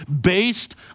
based